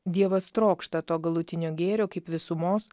dievas trokšta to galutinio gėrio kaip visumos